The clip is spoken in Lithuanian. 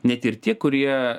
net ir tie kurie